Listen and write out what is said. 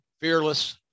fearless